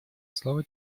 слово